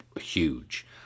huge